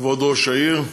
כבוד ראש העיר נצרת-עילית,